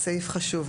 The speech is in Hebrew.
סעיף חשוב.